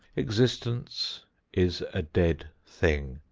existence is a dead thing,